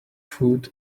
food